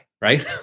right